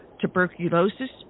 tuberculosis